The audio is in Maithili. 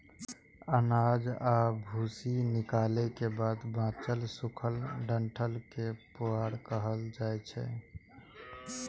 अनाज आ भूसी निकालै के बाद बांचल सूखल डंठल कें पुआर कहल जाइ छै